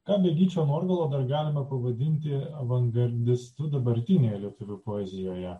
ką be gyčio norvilo dar galima pavadinti avangardistu dabartinėje lietuvių poezijoje